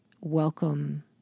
welcome